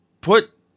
put